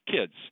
kids